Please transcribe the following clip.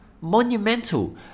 Monumental